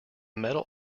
metal